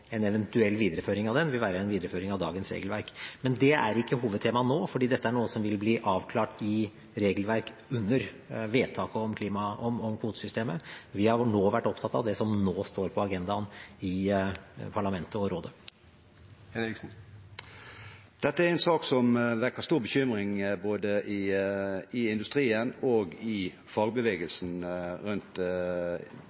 en eventuell videreføring av den vil være en videreføring av dagens regelverk. Men det er ikke hovedtema nå, for dette er noe som vil bli avklart i regelverk under vedtaket om kvotesystemet. Vi har nå vært opptatt av det som nå står på agendaen i parlamentet og rådet. Dette er en sak som vekker stor bekymring både i industrien og i